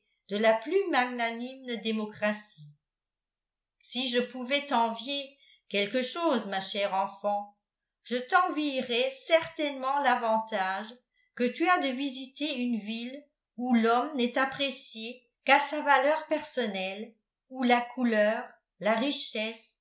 de la plus magnanime démocratie si je pouvais t'envier quelque chose ma chère enfant je t'envierais certainement l'avantage que tu as de visiter une ville où l'homme n'est apprécié qu'à sa valeur personnelle où la couleur la richesse